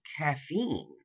caffeine